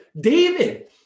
David